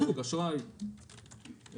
דירוג אשראי וכולי.